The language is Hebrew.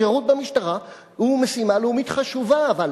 שירות במשטרה הוא משימה לאומית חשובה, אבל